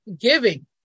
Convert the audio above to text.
giving